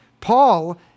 Paul